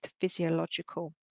physiological